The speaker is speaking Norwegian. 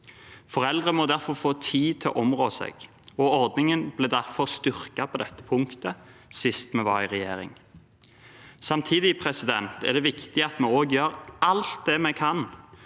Foreldre må få tid til å områ seg, og ordningen ble derfor styrket på dette punktet sist vi var i regjering. Samtidig er det viktig at vi også gjør alt det vi kan